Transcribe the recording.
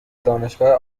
دانشگاه